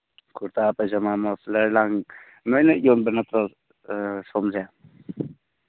ꯀꯨꯔꯇꯥ pyjama muffler ꯂꯥꯡ ꯅꯣꯏꯅ ꯌꯣꯟꯕ ꯅꯠꯇ꯭ꯔꯣ ꯁꯣꯝꯁꯦ